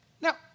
now